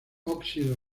óxido